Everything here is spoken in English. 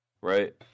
right